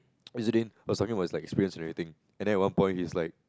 was talking about his like experience and everything and then at one point he's like